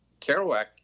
Kerouac